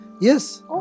Yes